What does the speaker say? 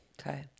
okay